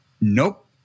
nope